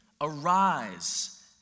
arise